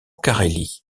carélie